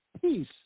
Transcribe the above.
peace